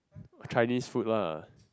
try this food lah